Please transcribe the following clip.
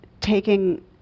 taking